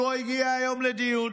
לא הגיע היום לדיון.